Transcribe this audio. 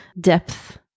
depth